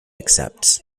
accepts